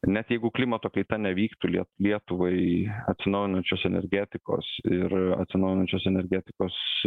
net jeigu klimato kaita nevyktų lietuvai atsinaujinančios energetikos ir atsinaujinančios energetikos